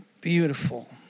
beautiful